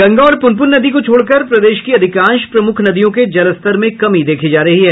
गंगा और प्रनपून नदी को छोड़कर प्रदेश की अधिकांश प्रमुख नदियों के जलस्तर में कमी देखी जा रही है